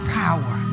power